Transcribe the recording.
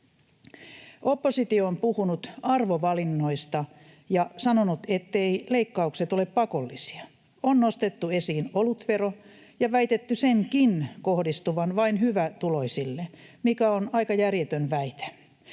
Oppositio on puhunut arvovalinnoista ja sanonut, etteivät leikkaukset ole pakollisia. On nostettu esiin olutvero ja väitetty senkin kohdistuvan vain hyvätuloisille, mikä on aika järjetön väite.